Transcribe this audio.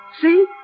See